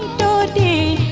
da da